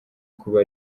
kuba